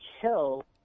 kill